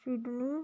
Sydney